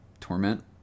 torment